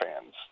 fans